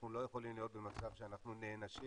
אנחנו לא יכולים להיות במצב שאנחנו נענשים